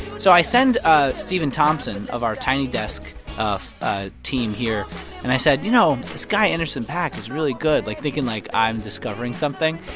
so i send ah stephen thompson of our tiny desk ah team here and i said, you know, this guy anderson paak is really good, like thinking, like, i'm discovering something.